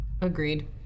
Agreed